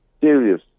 Serious